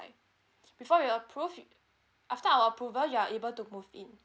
before we approve after our approval you're able to move in